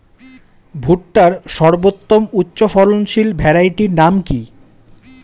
ভুট্টার সর্বোত্তম উচ্চফলনশীল ভ্যারাইটির নাম কি?